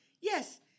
Yes